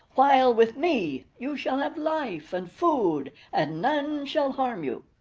while with me you shall have life and food and none shall harm you.